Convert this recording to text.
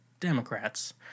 democrats